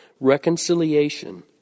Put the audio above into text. reconciliation